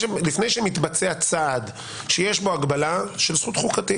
שמתבצע צעד שיש בו הגבלה של זכות חוקתית,